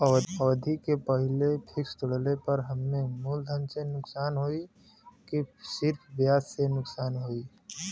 अवधि के पहिले फिक्स तोड़ले पर हम्मे मुलधन से नुकसान होयी की सिर्फ ब्याज से नुकसान होयी?